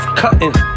cutting